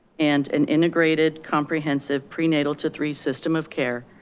and an integrated comprehensive prenatal to three system of care,